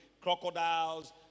crocodiles